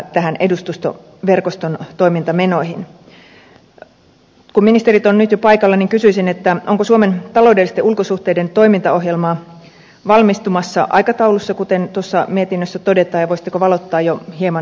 kun ministerit ovat nyt jo paikalla niin kysyisin onko suomen taloudellisten ulkosuhteiden toimintaohjelma valmistumassa aikataulussa kuten tuossa mietinnössä todetaan ja voisitteko valottaa jo hieman sen sisältöä